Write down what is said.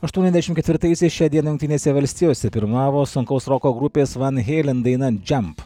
aštuoniasdešimt ketvirtaisiais šią dieną jungtinėse valstijose pirmavo sunkaus roko grupės van helen daina džiamp